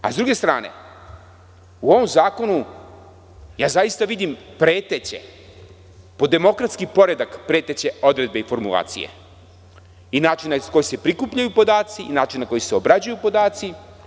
S druge strane, u ovom zakonu ja zaista vidim po demokratski poredak preteće odredbe i formulacije, i način na koji se prikupljaju podaci i način na koji se obrađuju podaci.